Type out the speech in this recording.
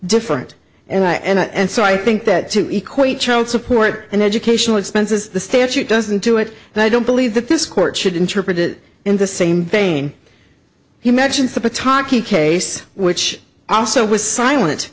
different and i and so i think that to equal the child support and educational expenses the statute doesn't do it and i don't believe that this court should interpret it in the same vein he mentions the pataki case which also was silent